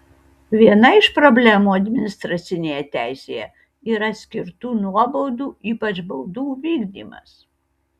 viena iš problemų administracinėje teisėje yra skirtų nuobaudų ypač baudų vykdymas